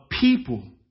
people